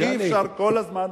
אי-אפשר כל הזמן,